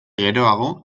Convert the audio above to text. geroago